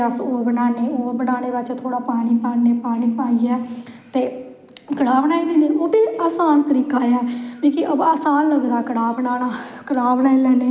भ्रा दे जंदी रक्खड़ी पोआन आस्तै रक्खड़ी पुआने गितै जिसलै जंदे कोई लड्डू कोई बर्फी कोई